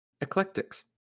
Eclectics